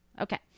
Okay